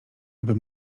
aby